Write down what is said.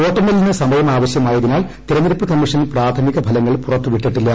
വോട്ടെണ്ണലിന് സമയം ആവശ്യമായതിനാൽ തെരഞ്ഞെടുപ്പ് കമ്മീഷൻ പ്രാഥമിക ഫലങ്ങൾ പുറത്തുവിട്ടിട്ടില്ല